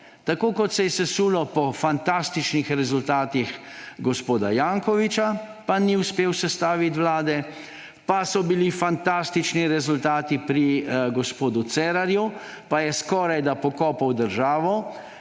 Tako kot se je sesulo po fantastičnih rezultatih gospoda Jankovića, pa ni uspel sestaviti vlade. Pa so bili fantastični rezultati pri gospodu Cerarju, pa je skorajda pokopal državo.